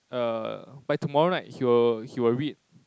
err by tomorrow night he will he will read